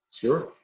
Sure